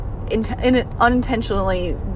unintentionally